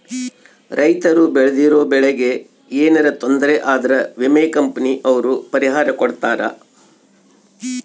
ರೈತರು ಬೆಳ್ದಿರೋ ಬೆಳೆ ಗೆ ಯೆನರ ತೊಂದರೆ ಆದ್ರ ವಿಮೆ ಕಂಪನಿ ಅವ್ರು ಪರಿಹಾರ ಕೊಡ್ತಾರ